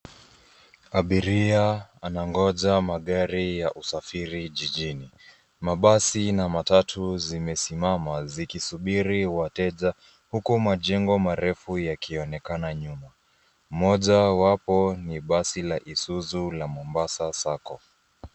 Abiria anangoja magari ya usafiri jijini. Mabasi na matatu zimesimama zikisubiri wateja huku majengo marefu yakionekana nyuma. Mojawapo ni basi la Isuzu la Mombasa Sacco.